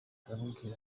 aramubwira